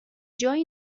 جایی